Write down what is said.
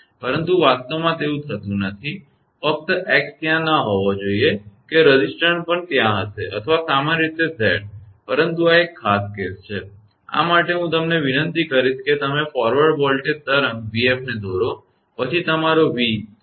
પરંતુ વાસ્તવિકતામાં એવું થતું નથી કે ફક્ત x ત્યાં ન હોવો જોઈએ કે રેઝિસટન્સ પણ ત્યાં હશે અથવા સામાન્ય રીતે Z પરંતુ આ એક ખાસ કેસ છે આ માટે હું તમને વિનંતી કરીશ કે તમે ફોરવર્ડ વોલ્ટેજ તરંગ 𝑣𝑓 ને દોરો પછી તમારો v